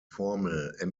formel